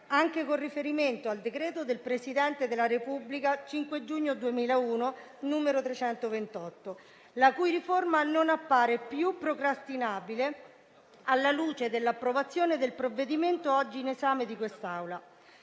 anche con riferimento al decreto del Presidente della Repubblica del 5 giugno 2001, n. 328, la cui riforma non appare più procrastinabile, alla luce dell'approvazione del provvedimento oggi all'esame di questa